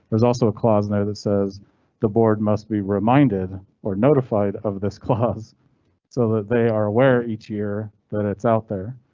there's also a clause in there that says the board must be reminded or notified of this clause so that they are aware each year that it's out there.